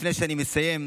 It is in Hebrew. לפני שאני מסיים,